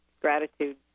gratitude